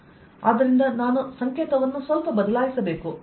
ಆದ್ದರಿಂದ ನಾನು ಸಂಕೇತವನ್ನು ಸ್ವಲ್ಪ ಬದಲಾಯಿಸಬೇಕು